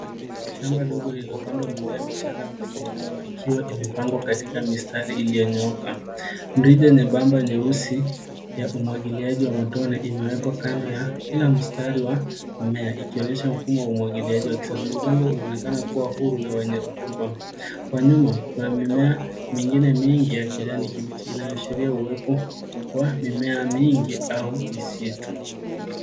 Shamba dogo lililopandwa mimea michanga midogo midogo ikiwa imepangwa katika mistari iliyonyooka. Mrija nyembamba nyeusi ya umwagiliaji wa matone imewekwa kando ya kila mstari wa mmea ikionyesha mfumo wa umwagiliaji wa kisasa. Udongo unaonekana kuwa huru na wenye rutuba. Kwa nyuma kuna mimea mengine mengi ya kijani kibichi inayoashiria uwepo wa mimea mingi au misitu.